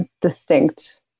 distinct